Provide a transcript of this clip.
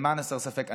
למען הסר ספק,